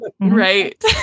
Right